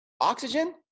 Oxygen